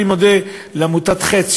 אני מודה לעמותת "חץ",